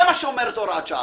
זה מה שאומרת הוראת שעה.